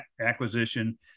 acquisition